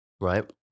right